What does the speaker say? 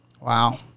Wow